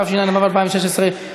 התשע"ו 2016,